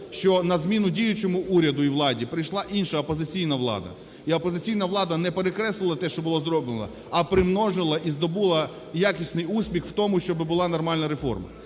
що на зміну діючому уряду і владі прийшла інша – опозиційна влада. І опозиційна влада не перекреслила те, що було зроблено, а примножила і здобула якісний успіх в тому, щоб була нормальна реформа.